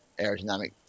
aerodynamic